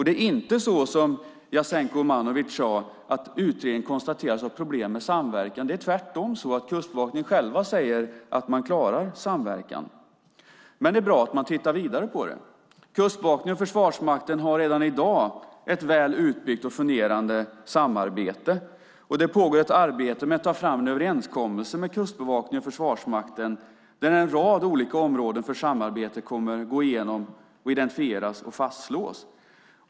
Det är inte så, som Jasenko Omanovic sade, att utredningen konstaterar att det är problem med samverkan. Tvärtom säger Kustbevakningen själv att man klarar samverkan. Men det är bra att man tittar vidare på det. Kustbevakningen och Försvarsmakten har redan i dag ett väl utbyggt och fungerande samarbete, och det pågår ett arbete med att ta fram överenskommelser med Kustbevakningen och Försvarsmakten där en rad olika områden för samarbete kommer att gås igenom, identifieras och fastslås.